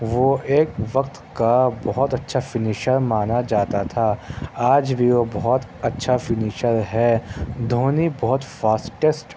وہ ایک وقت کا بہت اچھا فینیشر مانا جاتا تھا آج بھی وہ بہت اچھا فینیشر ہے دھونی بہت فاسٹسٹ